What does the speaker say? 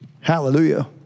Hallelujah